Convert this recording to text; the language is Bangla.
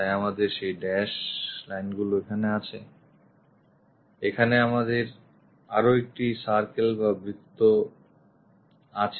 তাই আমাদের সেই dash দেওয়া lineগুলি আছে এখানে আমাদের আরও একটি circle বা বৃত্ত আছে